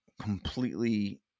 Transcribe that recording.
completely